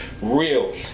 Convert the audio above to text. real